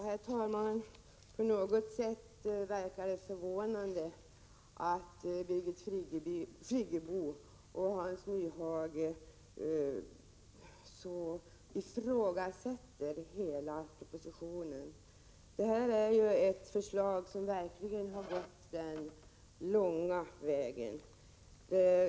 Herr talman! På något sätt verkar det förvånande att Birgit Friggebo och Hans Nyhage ifrågasätter hela propositionen. Det här är ju ett förslag som verkligen har gått den långa vägen.